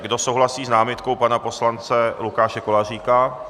Kdo souhlasí s námitkou pana poslance Lukáše Koláříka?